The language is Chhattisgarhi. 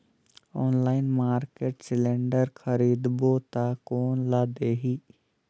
ऑनलाइन मार्केट सिलेंडर खरीदबो ता कोन ला देही?